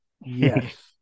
Yes